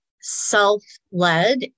self-led